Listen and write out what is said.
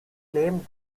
claimed